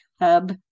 hub